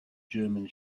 german